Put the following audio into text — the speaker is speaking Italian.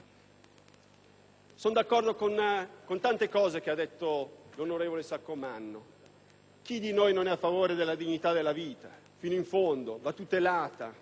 Sono d'accordo con tante cose dette dal senatore Saccomanno. Chi di noi non è a favore della dignità della vita, fino in fondo, e